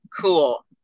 Cool